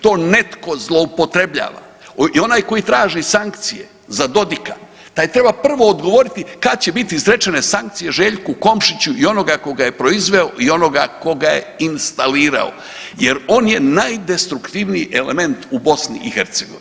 To netko zloupotrebljava i onaj koji traži sankcije za Dodika taj treba prvo odgovoriti kad će biti izrečene sankcije Željku Komšiću i onoga ko ga je proizveo i onoga ko ga je instalirao jer on je najdestruktivniji element u BiH.